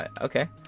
Okay